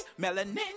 melanin